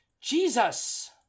Jesus